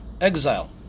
exile